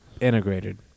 integrated